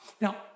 Now